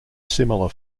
similar